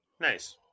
nice